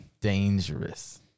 Dangerous